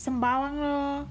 sembawang lor